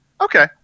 okay